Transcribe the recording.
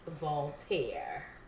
Voltaire